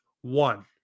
one